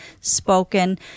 spoken